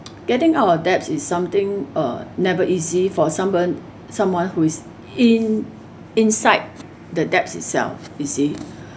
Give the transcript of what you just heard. getting out of debts is something uh never easy for someone someone who is in inside the debts itself you see